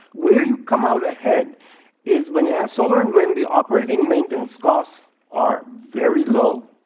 where you come out ahead is when you have solar and wind. the operating maintenance costs are very low.